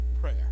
prayer